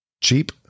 cheap